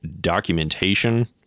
documentation